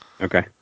Okay